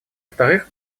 вторых